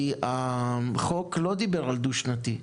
כי החוק לא דיבר על דו שנתי.